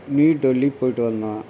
new Delhi போயிட்டு வந்தோம்